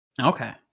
Okay